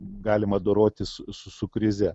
galima dorotis su krize